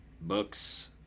Books